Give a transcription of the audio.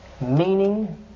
meaning